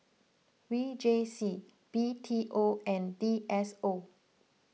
V J C B T O and D S O